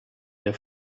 der